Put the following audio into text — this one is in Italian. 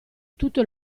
tutto